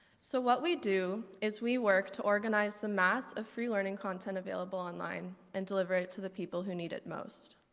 so what we do is we work to organize the mass of free-learning content available online and deliver it to the people who need it most.